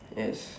yes